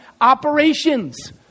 operations